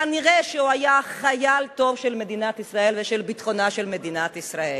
כנראה הוא היה חייל טוב של מדינת ישראל ושל ביטחונה של מדינת ישראל,